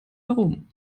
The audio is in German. herum